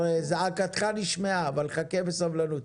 זעקתך כבר נשמעה, אבל חכה בסבלנות.